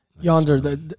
Yonder